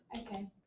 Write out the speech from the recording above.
okay